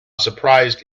surprised